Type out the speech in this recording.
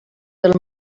del